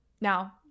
Now